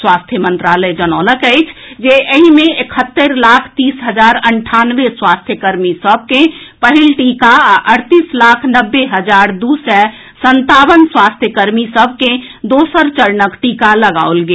स्वास्थ्य मंत्रालय जनौलक अछि जे एहि मे एकहत्तरि लाख तीस हजार अंठानवे स्वास्थ्य कर्मी सभ के पहिल टीका आ अड़तीस लाख नब्बे हजार दू सय संतावन स्वास्थ्य कर्मी सभ के दोसर चरणक टीका लगाओल गेल